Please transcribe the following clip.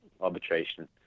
Arbitration